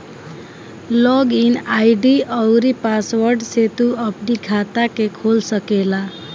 log in ID अउरी password से तू अपनी खाता के खोल सकेला